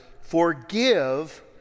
forgive